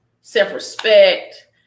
self-respect